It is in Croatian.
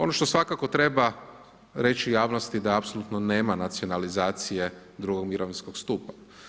Ono što svakako treba reći javnosti da apsolutno nema nacionalizacije drugog mirovinskog stupa.